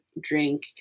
drink